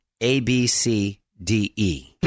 A-B-C-D-E